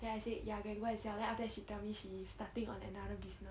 then I say ya can go and sell then after that she tell me she starting on another business